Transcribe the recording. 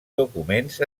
documents